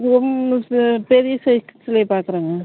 ஒன்று பெ பெரிய சைஸ்லையே பார்க்குறேங்க